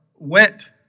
went